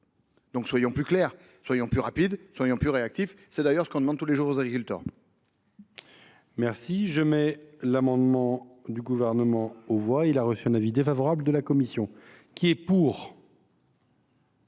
! Soyons plus clairs, soyons plus rapides, soyons plus réactifs. C’est d’ailleurs exactement ce que l’on demande tous les jours aux agriculteurs